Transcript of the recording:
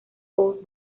old